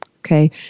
Okay